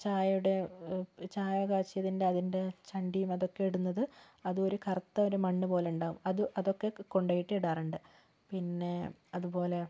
ചായയുടെ ചായകാച്ചിയ അതിൻ്റെ ചണ്ടിയും ഒക്കെ ഇടുന്നത് അതൊരു കറുത്ത ഒരു മണ്ണ് പോലെ ഉണ്ടാകും അതൊക്കെ കൊണ്ട് പോയിട്ട് ഇടാറുണ്ട് പിന്നെ അതുപോലെ